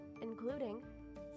including